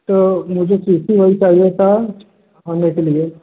तो मुझे T C वही चाहिए था पढ़ने के लिए